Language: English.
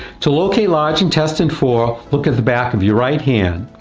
to locate large intestine four, look at the back of your right hand.